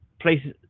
places